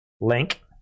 link